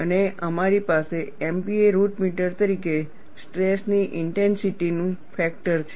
અને અમારી પાસે MPa રૂટ મીટર તરીકે સ્ટ્રેસ ની ઇન્ટેન્સિટી નું ફેક્ટર છે